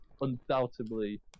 undoubtedly